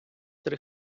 три